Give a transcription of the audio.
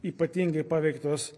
ypatingai paveiktos